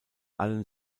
allen